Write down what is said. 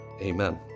Amen